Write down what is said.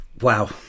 Wow